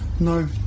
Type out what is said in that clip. No